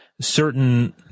certain